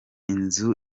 inzu